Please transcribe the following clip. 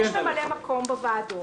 יש ממלא מקום בוועדות.